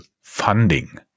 funding